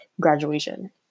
graduation